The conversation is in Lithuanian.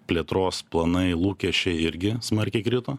plėtros planai lūkesčiai irgi smarkiai krito